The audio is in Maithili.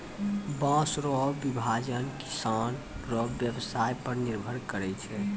बाँस रो विभाजन किसान रो व्यवसाय पर निर्भर करै छै